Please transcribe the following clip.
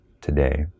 today